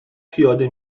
پیاده